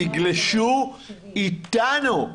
תגלשו איתנו,